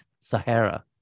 Sahara